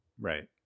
Right